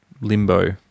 limbo